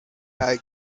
god